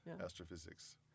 astrophysics